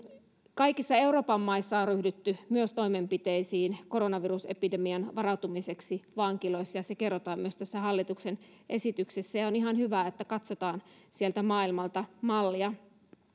kaikissa euroopan maissa on ryhdytty myös toimenpiteisiin koronavirusepidemiaan varautumiseksi vankiloissa ja se kerrotaan myös tässä hallituksen esityksessä on ihan hyvä että katsotaan sieltä maailmalta mallia